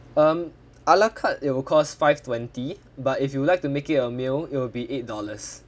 um ala carte it'll cost five twenty but if you would like to make it a meal it will be eight dollars